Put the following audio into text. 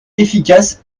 efficace